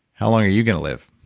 how long are you going to live?